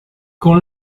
con